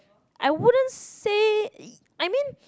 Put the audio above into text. I wouldn't say I mean